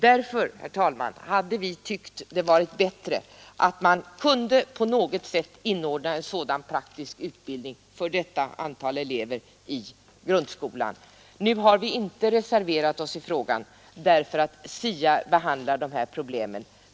Därför, herr talman, tycker vi att det hade varit bättre om man på något sätt i grundskolan kunnat inordna en sådan praktisk utbildning för detta lilla antal elever. Nu har vi inte reserverat oss i frågan, eftersom SIA behandlar dessa problem.